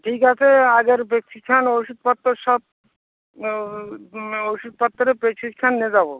ঠিক আছে আগের প্রেস্ক্রিপশন ওষুধ পত্র সব ওষুধ পত্রের প্রেস্ক্রিপশন নিয়ে যাব